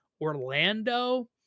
Orlando